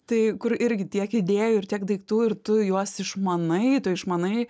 tai kur irgi tiek idėjų ir tiek daiktų ir tu juos išmanai tu išmanai